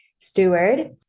steward